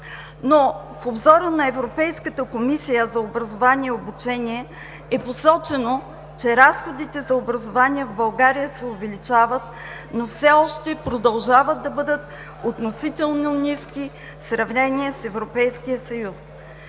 Но в обзора на Европейската комисия за образование и обучение е посочено, че разходите за образование в България се увеличават, но все още продължават да бъдат относително ниски в сравнение с Европейския съюз.